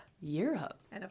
Europe